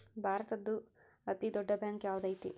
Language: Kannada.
ಭಾರತದ್ದು ಅತೇ ದೊಡ್ಡ್ ಬ್ಯಾಂಕ್ ಯಾವ್ದದೈತಿ?